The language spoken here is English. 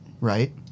right